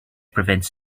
prevents